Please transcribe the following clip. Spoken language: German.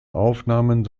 aufnahmen